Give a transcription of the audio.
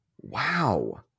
Wow